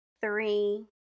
three